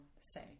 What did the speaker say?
say